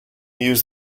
use